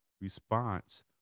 response